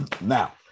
Now